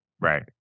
Right